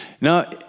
Now